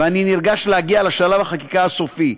ואני נרגש להגיע לשלב החקיקה הסופי.